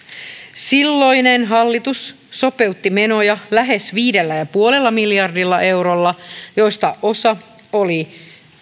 silloinen hallitus sopeutti menoja lähes viidellä pilkku viidellä miljardilla eurolla joista osa oli